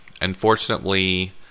Unfortunately